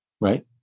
right